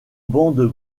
bandes